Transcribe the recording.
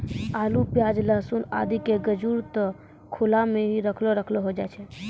आलू, प्याज, लहसून आदि के गजूर त खुला मॅ हीं रखलो रखलो होय जाय छै